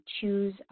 choose